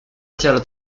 attirent